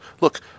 Look